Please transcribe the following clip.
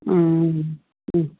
ம் ம் ம்